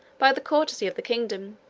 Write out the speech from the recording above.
by the courtesy of the kingdom,